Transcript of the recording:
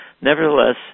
nevertheless